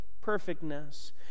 perfectness